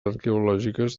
arqueològiques